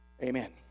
amen